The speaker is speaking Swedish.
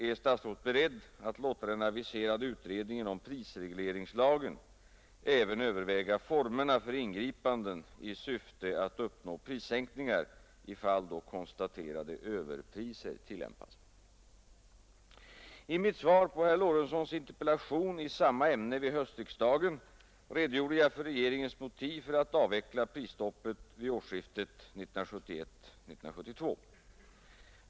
Är statsrådet beredd att låta den aviserade utredningen om prisregleringslagen även överväga formerna för ingripanden i syfte att uppnå prissänkningar i fall då konstaterade överpriser tillämpas? I mitt svar på herr Lorentzons interpellation i samma ämne vid höstriksdagen redogjorde jag för regeringens motiv för att avveckla prisstoppet vid årskiftet 1971—1972.